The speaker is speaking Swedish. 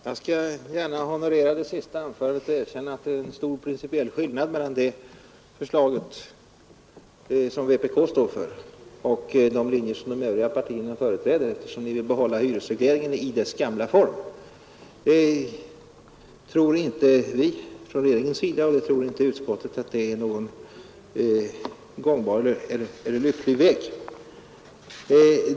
Herr talman! Jag skall gärna honorera det senaste anförandet och erkänna att det är en stor principiell skillnad mellan det förslag som vpk står för och de linjer som de övriga partierna företräder, eftersom vpk vill behålla hyresregleringen i dess gamla form. Varken regeringen eller utskottet anser att det är någon lycklig väg.